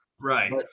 Right